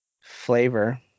flavor